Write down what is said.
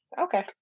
okay